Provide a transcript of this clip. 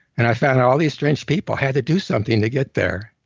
and i find all these strange people had to do something to get there.